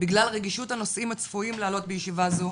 בגלל רגישות הנושאים הצפויים לעלות בישיבה זו,